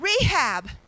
rehab